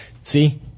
see